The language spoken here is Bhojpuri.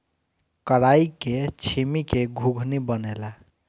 कराई के छीमी के घुघनी बनेला